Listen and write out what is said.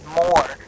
more